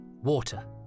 water